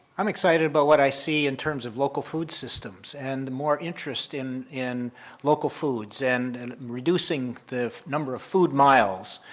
i'm excited about but what i see in terms of local food systems and the more interest in in local foods and and reducing the number of food miles.